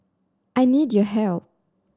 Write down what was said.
I need your help